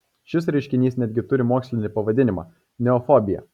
šis reiškinys netgi turi mokslinį pavadinimą neofobija